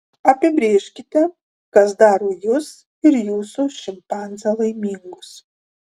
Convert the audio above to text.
apsibrėžkite kas daro jus ir jūsų šimpanzę laimingus